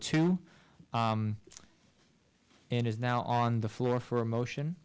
two and is now on the floor for a motion